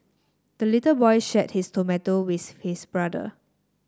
the little boy shared his tomato with his brother